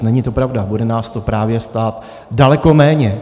Není to pravda, bude nás to právě stát daleko méně.